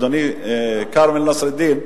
אדוני כרמל נסראלדין,